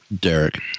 Derek